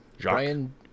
Brian